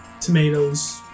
Tomatoes